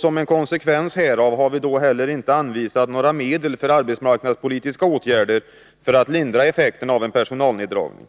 Som en konsekvens härav har vi inte heller anvisat några medel för arbetsmarknadspolitiska åtgärder för att lindra effekterna av en personalneddragning.